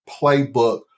playbook